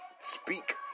speak